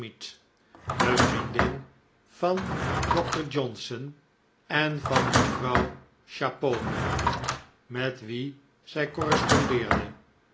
de vriendin van dokter johnson en van mevrouw chapone met wie zij correspondeerde